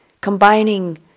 Combining